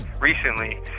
recently